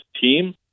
team